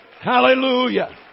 Hallelujah